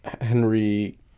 henry